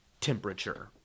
temperature